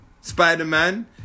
Spider-Man